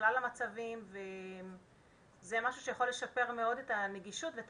בכלל המצבים וזה משהו שיכול לשפר מאוד את הנגישות ואת